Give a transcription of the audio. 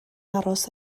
aros